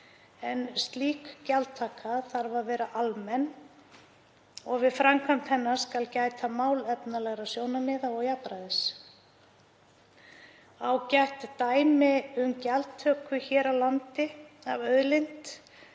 en slík gjaldtaka þarf að vera almenn. Við framkvæmd hennar skal gæta málefnalegra sjónarmiða og jafnræðis. Ágætt dæmi um gjaldtöku hér á landi af auðlind